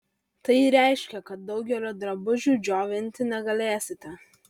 tai reiškia kad daugelio drabužių džiovinti negalėsite